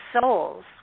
souls